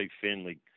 Finley